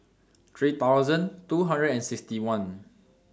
three thousand two hundred and sixty one